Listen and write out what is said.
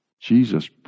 Jesus